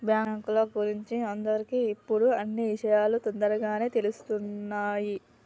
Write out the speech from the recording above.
బాంకుల గురించి అందరికి ఇప్పుడు అన్నీ ఇషయాలు తోందరగానే తెలుస్తున్నాయి